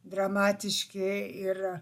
dramatiški ir